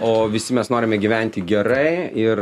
o visi mes norime gyventi gerai ir